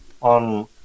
on